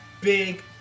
big